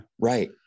right